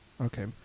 Okay